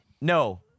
No